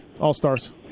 All-stars